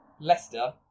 Leicester